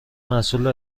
مسئول